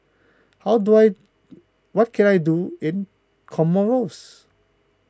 how do I what can I do in Comoros